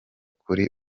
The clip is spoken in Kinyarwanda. kuri